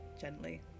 gently